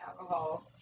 alcohol